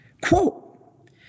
quote